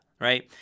right